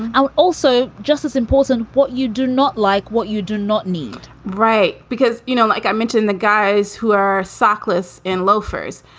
i'll also just as important what you do not like, what you do not need right. because, you know, like i mentioned, the guys who are sockless in loafers,